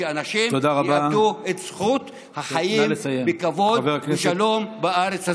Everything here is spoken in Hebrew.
שאנשים יאבדו את זכויות החיים בכבוד ובשלום בארץ הזאת.